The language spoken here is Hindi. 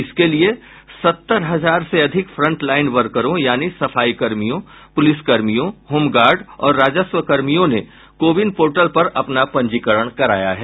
इसके लिये सत्तर हजार से अधिक फ्रंटलाइन वर्करों यानी सफाईकर्मियों पूलिसकर्मियों होम गार्ड और राजस्व कर्मियों ने कोविन पोर्टल पर अपना पंजीकरण कराया है